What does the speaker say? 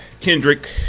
Kendrick